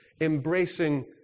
Embracing